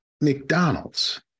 McDonald's